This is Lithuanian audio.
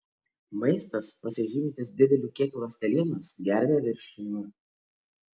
maistas pasižymintis dideliu kiekiu ląstelienos gerina virškinimą